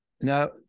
Now